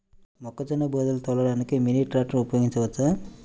మొక్కజొన్న బోదెలు తోలడానికి మినీ ట్రాక్టర్ ఉపయోగించవచ్చా?